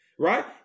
right